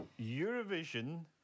Eurovision